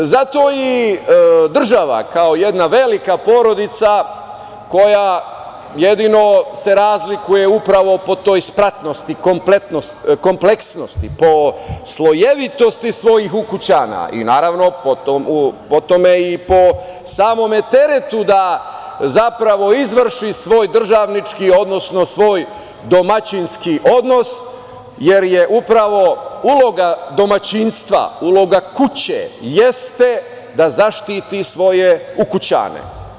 Zato i država kao jedna velika porodica koja jedino se razlikuje upravo po toj spratnosti, kompleksnosti, po slojevitosti svojih ukućana i naravno po tome i po samom teretu da zapravo izvrši svoj državnički, odnosno svoj domaćinski odnos, jer je upravo uloga domaćinstva, uloga kuće jeste da zaštiti svoje ukućane.